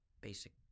basic